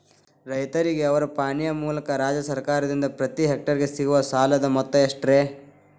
ರೈತರಿಗೆ ಅವರ ಪಾಣಿಯ ಮೂಲಕ ರಾಜ್ಯ ಸರ್ಕಾರದಿಂದ ಪ್ರತಿ ಹೆಕ್ಟರ್ ಗೆ ಸಿಗುವ ಸಾಲದ ಮೊತ್ತ ಎಷ್ಟು ರೇ?